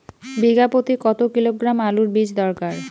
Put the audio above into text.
বিঘা প্রতি কত কিলোগ্রাম আলুর বীজ দরকার?